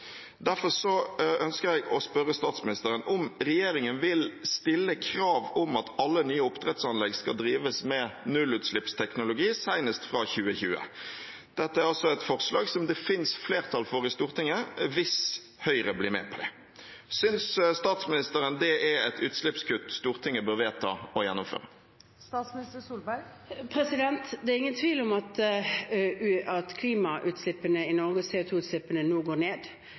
Derfor ønsker jeg å spørre statsministeren om regjeringen vil stille krav om at alle nye oppdrettsanlegg skal drives med nullutslippsteknologi senest fra 2020. Dette er et forslag som det finnes flertall for i Stortinget hvis Høyre blir med på det. Synes statsministeren det er et utslippskutt Stortinget bør vedta å gjennomføre? Det er ingen tvil om at klimautslippene i Norge, også CO 2 -utslippene, nå går ned,